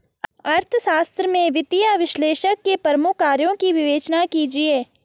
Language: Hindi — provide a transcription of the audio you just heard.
अर्थशास्त्र में वित्तीय विश्लेषक के प्रमुख कार्यों की विवेचना कीजिए